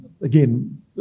again